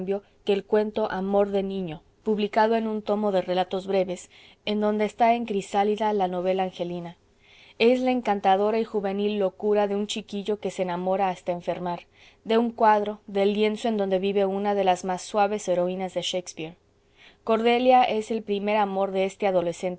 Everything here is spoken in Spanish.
que el cuento amor de niño publicado en un tomo de relatos breves en donde está en crisálida la novela angelina es la encantadora y juvenil locura de un chiquillo que se enamora hasta enfermar de un cuadro del lienzo en donde vive una de las más suaves heroínas de shakespeare cordelia es el primer amor de este adolescente